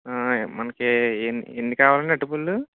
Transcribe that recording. మనకి ఎన్ని ఎన్ని కావాలండి అరటిపళ్ళు